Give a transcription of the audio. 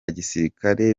gisirikare